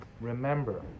Remember